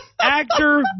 actor